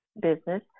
business